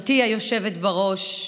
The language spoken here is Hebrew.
גברתי היושבת בראש,